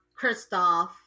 Kristoff